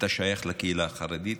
אתה שייך לקהילה החרדית,